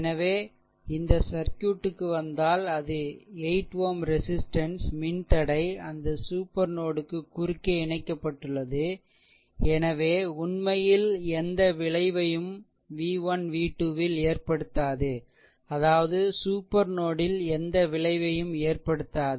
எனவே இந்த சர்க்யூட் க்கு வந்தால் அது 8 Ω ரெசிஷ்டன்ஸ் மின்தடை அந்த சூப்பர் நோட் க்கு குறுக்கே இணைக்கப்பட்டுள்ளது எனவே உண்மையில் எந்த விளைவையும் v1 v2 ல் ஏற்படுத்தாது அதாவது சூப்பர் நோட் ல் எந்த விளைவையும் ஏற்படுத்தாது